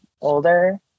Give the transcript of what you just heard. older